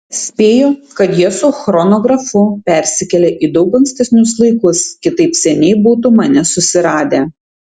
spėju kad jie su chronografu persikėlė į daug ankstesnius laikus kitaip seniai būtų mane susiradę